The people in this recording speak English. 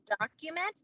document